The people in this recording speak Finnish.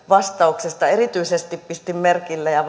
vastauksesta erityisesti pistin merkille sen ja